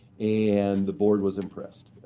and the board was impressed.